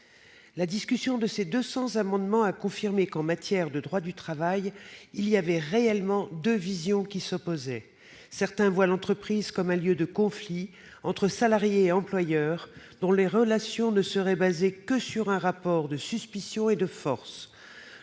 La discussion de ces 200 amendements a confirmé que, en matière de droit du travail, il y a réellement deux visions qui s'opposent. Certains voient l'entreprise comme un lieu de conflit entre salariés et employeurs, dont les relations ne seraient basées que sur un rapport de suspicion et de force.